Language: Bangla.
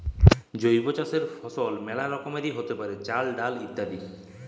জৈব চাসের ফসল মেলা রকমেরই হ্যতে পারে, চাল, ডাল ইত্যাদি